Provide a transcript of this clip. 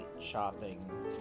shopping